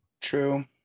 True